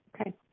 Okay